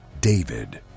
David